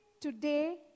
today